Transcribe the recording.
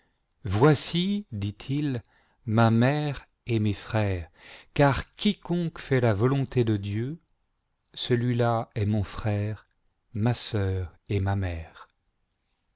voici dit-il ma mère et mes frères car quiconque fait la voselon s iviarg lonté de dieu celui-là est mon frère ma sœur et ma mère